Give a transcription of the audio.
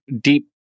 deep